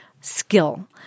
skill